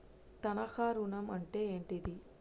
తనఖా ఋణం అంటే ఏంటిది?